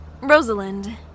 Rosalind